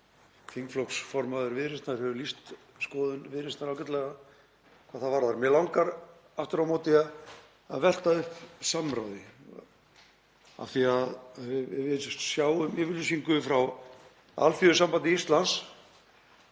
Þingflokksformaður Viðreisnar hefur lýst skoðun Viðreisnar ágætlega hvað það varðar. Mig langar aftur á móti að velta upp samráði, af því að við sjáum yfirlýsingu frá Alþýðusambandi Íslands